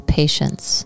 patience